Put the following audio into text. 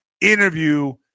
interview